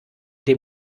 dem